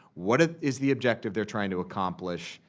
what is the objective they're trying to accomplish?